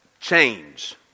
change